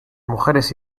mujeres